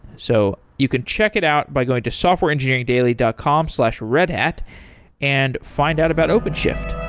so you could check it out by going to softwareengineeringdaily dot com slash redhat and find out about openshift